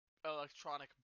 electronic